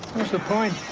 the point?